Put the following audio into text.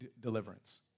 deliverance